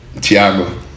Tiago